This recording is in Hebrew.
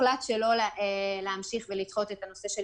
הוחלט לא להמשיך לדחות את הנושא של